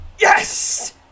Yes